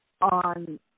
on